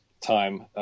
time